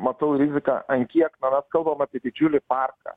matau riziką ant kiek na mes kalbam apie didžiulį parką